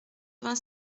vingt